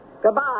Goodbye